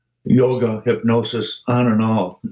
yoga, hypnosis, on and on.